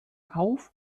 auf